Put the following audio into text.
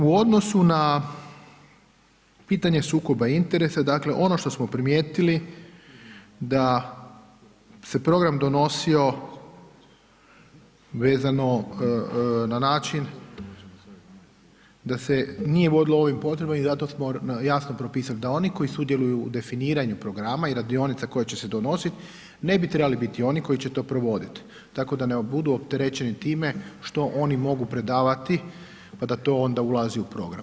U odnosu na pitanje sukoba interesa, dakle ono što smo primijetili da se program donosio vezano na način da se nije vodilo ovim potrebama i zato smo jasno propisali da oni koji sudjeluju u definiranju programa i radionica koje će se donositi, ne bi trebali biti oni koji će to provoditi tako da ne budu opterećeni time što oni mogu predavati a da to onda ulazi u program.